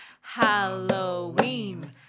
Halloween